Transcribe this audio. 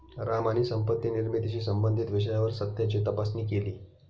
राम यांनी संपत्ती निर्मितीशी संबंधित विषयावर सत्याची तपासणी केली